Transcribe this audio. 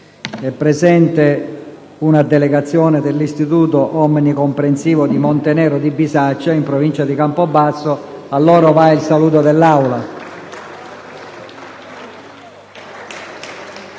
tribune una delegazione dell'Istituto omnicomprensivo di Montenero di Bisaccia, in provincia di Campobasso. A loro va il saluto dell'Aula.